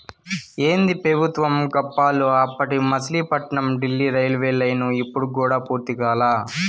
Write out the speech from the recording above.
ఏందీ పెబుత్వం గప్పాలు, అప్పటి మసిలీపట్నం డీల్లీ రైల్వేలైను ఇప్పుడు కూడా పూర్తి కాలా